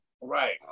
Right